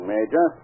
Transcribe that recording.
Major